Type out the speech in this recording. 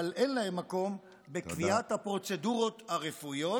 אבל אין להם מקום בקביעת הפרוצדורות הרפואיות,